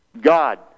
God